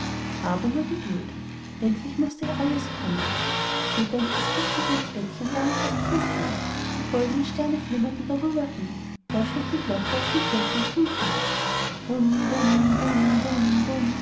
aber nur geduld endlich mußte ja alles kommen federn aus christkindleins bettchen lagen fast fußhoch die goldnen sterne flimmerten drüber hin da schlug die große glocke auf dem kirchturm fünfmal